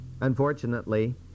Unfortunately